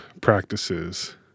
practices